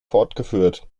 fortgeführt